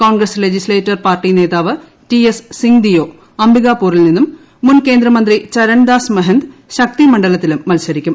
Congress legislature party നേതാവ് T S Singh Deo അംബികാപൂറിൽ നിന്നും മുൻ കേന്ദ്രമന്ത്രി ചരൺദാസ് മഹന്ദ് ശക്തി മണ്ഡലത്തിലും മത്സരിക്കും